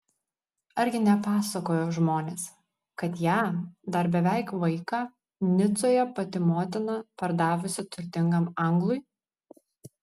argi nepasakojo žmonės kad ją dar beveik vaiką nicoje pati motina pardavusi turtingam anglui